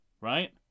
Right